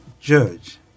judge